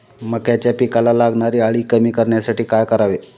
मक्याच्या पिकाला लागणारी अळी कमी करण्यासाठी काय करावे?